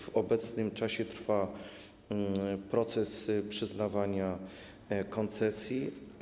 W obecnym czasie trwa proces przyznawania koncesji.